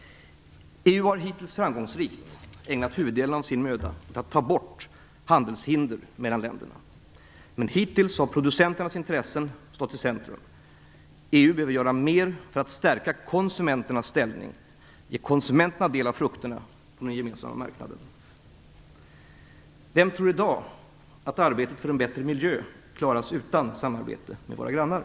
EU har hittills framgångsrikt ägnat huvuddelen av sin möda åt att ta bort handelshinder mellan länderna. Men hittills har producenternas intressen stått i centrum. EU behöver göra mer för att stärka konsumenternas ställning, ge konsumenterna del av frukterna av den gemensamma marknaden. Vem tror i dag att arbetet för en bättre miljö klaras utan samarbete med våra grannar?